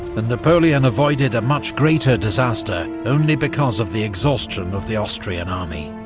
and napoleon avoided a much greater disaster only because of the exhaustion of the austrian army.